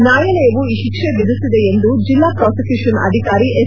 ನ್ಯಾಯಾಲಯವು ಈ ಶಿಕ್ಷೆ ವಿಧಿಸಿದೆ ಎಂದು ಜೆಲ್ಲಾ ಪ್ರಾಸಿಕ್ಲೂಪನ್ ಅಧಿಕಾರಿ ಎಸ್